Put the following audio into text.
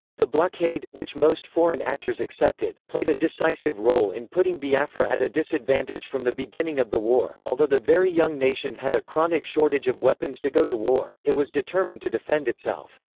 the blockade, which most foreign actors accepted, played a decisive role in putting biafra at a disadvantage from the beginning of the war although the very young nation had a chronic shortage of weapons to go to war, it was determined to defend itself.